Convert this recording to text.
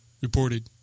reported